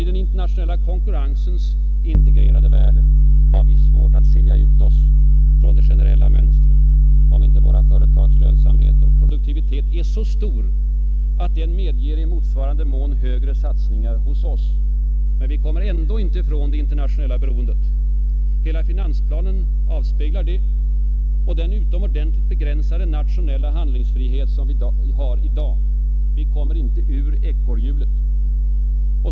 I den internationella konkurrensens integrerade värld har vi svårt att skilja ut oss från det generella mönstret, om inte våra företags lönsamhet och produktivit är så stor, att den medger i motsvarande mån högre satsningar hos oss. Men vi kommer ändå inte ifrån det internationalla beroendet. Hela finansplanen avspeglar detta och den utomordentligt begränsade nationella handlingsfrihet som vi i dag har. Vi kommer inte ur ekorrhjulet.